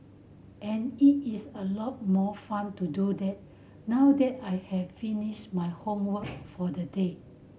and it is a lot more fun to do that now that I have finished my homework for the day